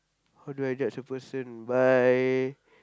how do I judge a person by